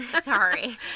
Sorry